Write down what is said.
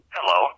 Hello